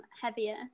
heavier